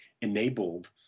enabled